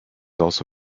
also